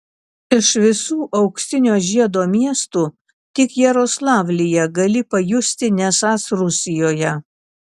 iš visų auksinio žiedo miestų tik jaroslavlyje gali pajusti nesąs rusijoje